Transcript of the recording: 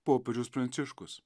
popiežius pranciškus